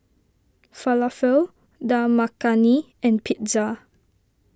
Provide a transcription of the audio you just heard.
Falafel Dal Makhani and Pizza